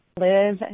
live